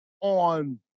on